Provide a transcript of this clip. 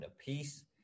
apiece